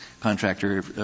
contractor